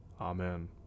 Amen